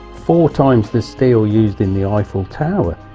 four times the steel used in the eiffel tower,